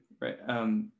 right